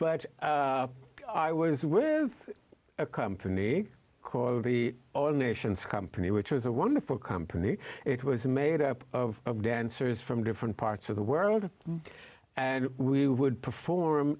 but i was with a company called the oil nations company which was a wonderful company it was made up of dancers from different parts of the world and we would perform